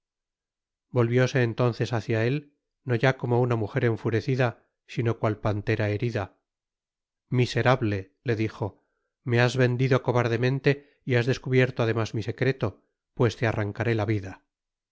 volvióse entonces hácia él no ya como una mujer enfurecida sino cual pantera herida miserable le dijo me has vendido cobardemente y has descubierto además mi secreto pues te arrancaré la vida